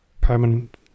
permanent